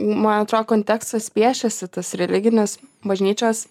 man atrodo kontekstas piešiasi tas religinis bažnyčios